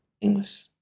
English